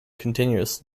continuous